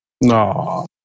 No